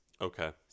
Okay